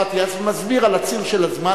ובא היום השר אטיאס ומסביר על הציר של הזמן,